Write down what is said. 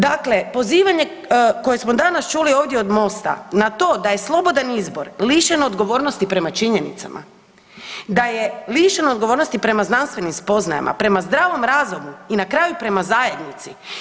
Dakle, pozivanje koje smo danas čuli ovdje od MOST-a na to da je slobodan izbor lišen odgovornosti prema činjenicama, da je lišen odgovornosti prema znanstvenim spoznajama, prema zdravom razumu i na kraju prema zajednici.